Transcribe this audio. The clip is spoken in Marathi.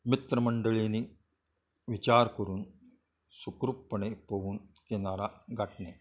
मित्रमंडळीनी विचार करून सुखरूपणे पोहून किनारा गाठणे